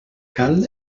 cal